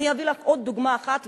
אני אביא לך עוד דוגמה אחת,